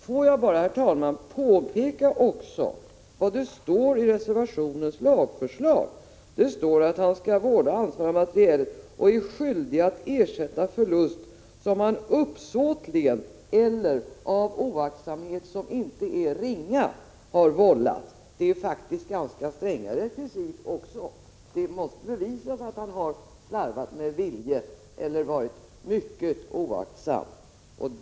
Får jag bara, herr talman, också påpeka vad som står i reservationens lagförslag om den värnpliktiges skyldighet att vårda och ha ansvar för materiel. Han är skyldig att ersätta förlust eller annan skada som han uppsåtligen eller av oaktsamhet som inte är ringa vållar. Det är faktiskt också ganska stränga rekvisit. Det måste bevisas att han har slarvat med vilje eller varit mycket oaktsam.